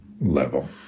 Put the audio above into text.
level